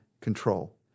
control